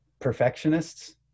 perfectionists